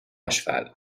cheval